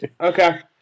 okay